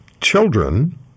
children